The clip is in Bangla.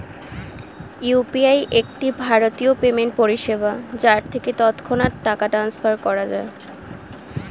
ইউ.পি.আই একটি ভারতীয় পেমেন্ট পরিষেবা যার থেকে তৎক্ষণাৎ টাকা ট্রান্সফার করা যায়